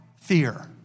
fear